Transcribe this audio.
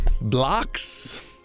blocks